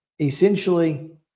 essentially –